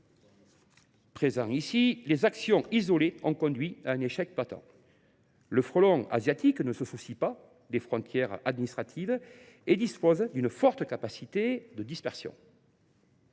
Yves Roux, les actions isolées se sont traduites par un échec patent. Le frelon asiatique ne se soucie pas des frontières administratives et dispose d’une forte capacité de dispersion.